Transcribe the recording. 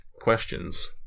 questions